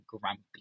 grumpy